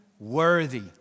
Worthy